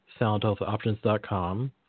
soundhealthoptions.com